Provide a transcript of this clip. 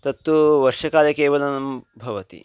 तत्तु वर्षाकाले केवलं भवति